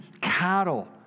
cattle